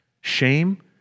Shame